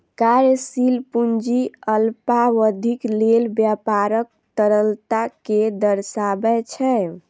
कार्यशील पूंजी अल्पावधिक लेल व्यापारक तरलता कें दर्शाबै छै